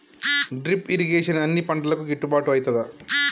Drip irrigation అన్ని పంటలకు గిట్టుబాటు ఐతదా?